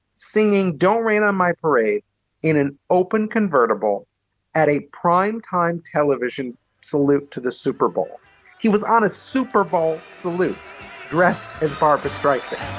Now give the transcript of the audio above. singing don't rain on my parade in an open convertible at a prime time television television salute to the super bowl he was on a super bowl salute dressed as barbra streisand.